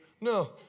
No